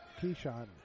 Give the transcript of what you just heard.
Keyshawn